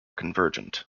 convergent